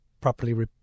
properly